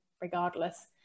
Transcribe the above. regardless